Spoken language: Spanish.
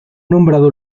nombrado